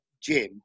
Jim